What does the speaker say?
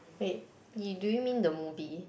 wait you do you mean the movie